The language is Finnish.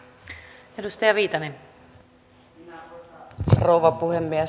arvoisa rouva puhemies